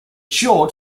showed